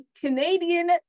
Canadian